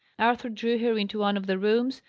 arthur drew her into one of the rooms,